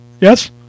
yes